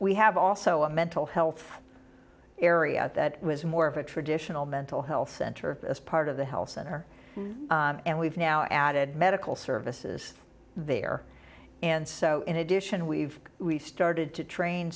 we have also a mental health area that was more of a traditional mental health center as part of the health center and we've now added medical services there and so in addition we've started to train